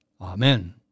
Amen